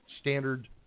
standard